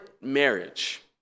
marriage